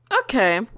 Okay